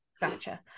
Gotcha